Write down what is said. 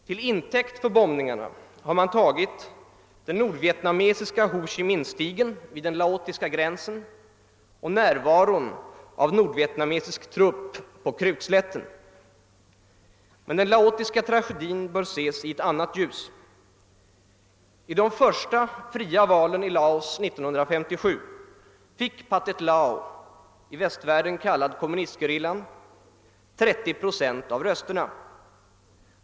Till intäkt för bombningarna har man tagit den nordvietnamesiska Ho Chi Minh-stigen vid den laotiska gränsen och närvaron av nordvietnamesisk trupp på Krukslätten. Men den laotiska tragedin bör ses i ett annat ljus. I de första fria valen i Laos 1957 fick Pathet Lao — i västvärlden kallad kommunistgerillan — 30 procent av rösterna.